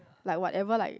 like whatever like